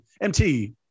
MT